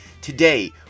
Today